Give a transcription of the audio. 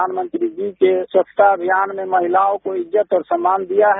प्रधानमंत्री जी के स्वच्छता अभियान में महिलाओं को इज्जत और सम्मान दिया है